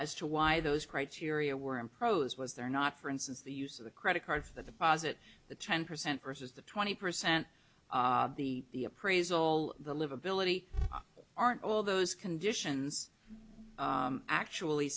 as to why those criteria were in prose was there not for instance the use of the credit card the deposit the ten percent versus the twenty percent the appraisal the livability aren't all those conditions actually